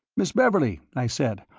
miss beverley, i said,